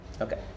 okay